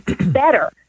better